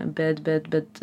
bet bet bet